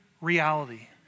reality